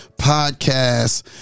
Podcast